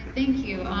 thank you,